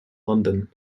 london